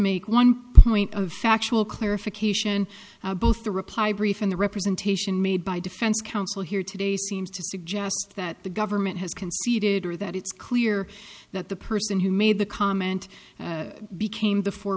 make one point of factual clarification both the reply brief and the representation made by defense counsel here today seems to suggest that the government has conceded or that it's clear that the person who made the comment became the four